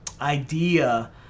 idea